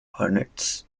hornets